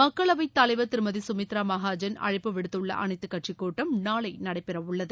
மக்களவைத் தலைவர் திருமதி சுமித்ரா மகாஜன் அழைப்பு விடுத்துள்ள அனைத்துக் கட்சிக் கூட்டம் நாளை நடைபெறவுள்ளது